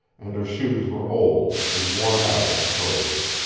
and her shoes were old, and worn out at the toes.